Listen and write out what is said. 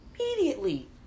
immediately